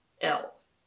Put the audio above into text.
else